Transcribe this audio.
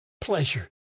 pleasure